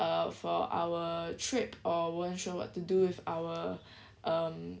uh for our trip or weren't sure what to do with our um